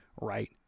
right